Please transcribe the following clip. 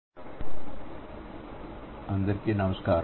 semantic typology - part 4 అందరికీ నమస్కారం